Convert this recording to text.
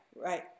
right